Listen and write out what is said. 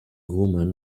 woman